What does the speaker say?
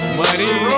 money